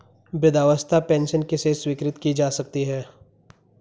वृद्धावस्था पेंशन किसे स्वीकृत की जा सकती है?